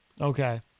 Okay